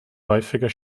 häufiger